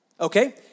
Okay